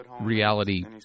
reality